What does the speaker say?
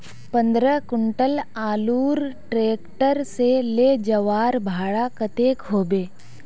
पंद्रह कुंटल आलूर ट्रैक्टर से ले जवार भाड़ा कतेक होबे?